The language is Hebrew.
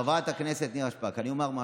חברת הכנסת נירה שפק, אני אומר משהו.